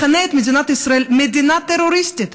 מכנה את מדינת ישראל "מדינה טרוריסטית".